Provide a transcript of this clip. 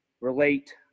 relate